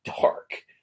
dark